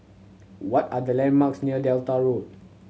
what are the landmarks near Delta Road